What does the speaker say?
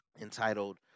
entitled